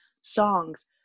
songs